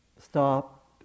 stop